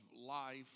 life